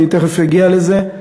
אני תכף אגיע לזה,